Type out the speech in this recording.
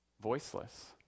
voiceless